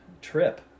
trip